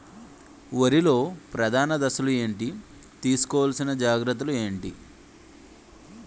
వరిలో ప్రధాన దశలు ఏంటి? తీసుకోవాల్సిన జాగ్రత్తలు ఏంటి?